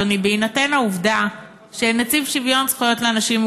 אדוני: בהינתן העובדה שלנציב שוויון זכויות לאנשים עם